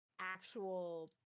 actual